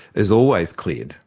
is always cleared.